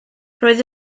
roedd